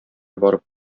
барып